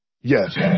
Yes